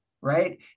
right